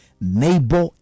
Neighbor